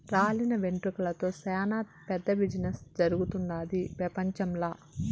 రాలిన వెంట్రుకలతో సేనా పెద్ద బిజినెస్ జరుగుతుండాది పెపంచంల